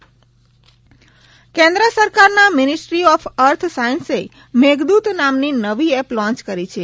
Meghdoot app કેન્દ્ર સરકારના ministry of earth સાયન્સે મેઘદ્દત નામની નવી એપ લોન્ય કરી છે